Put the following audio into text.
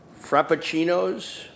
frappuccinos